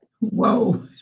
whoa